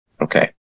Okay